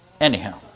anyhow